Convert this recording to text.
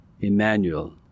Emmanuel